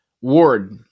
Ward